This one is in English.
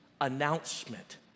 announcement